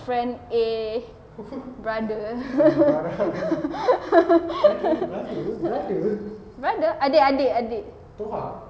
friend A brother brother adik adik adik